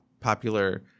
popular